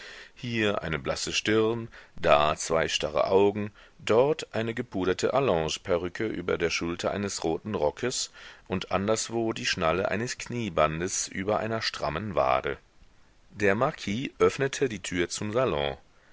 hier eine blasse stirn da zwei starre augen dort eine gepuderte allongeperücke über der schulter eines roten rockes und anderswo die schnalle eines kniebandes über einer strammen wade der marquis öffnete die tür zum salon